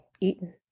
eaten